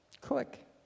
Click